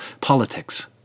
politics